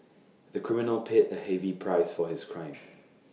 the criminal paid A heavy price for his crime